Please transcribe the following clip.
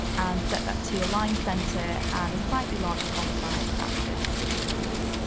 and set that to align center, and a slightly larger font size at thirty six points.